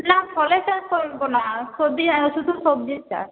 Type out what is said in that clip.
না ফলের চাষ করব না শুধু সবজির চাষ